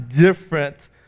different